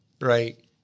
Right